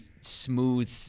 smooth